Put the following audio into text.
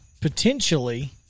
potentially